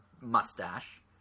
mustache